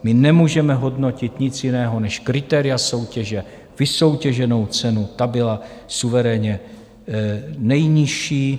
My nemůžeme hodnotit nic jiného než kritéria soutěže, vysoutěženou cenu, ta byla suverénně nejnižší.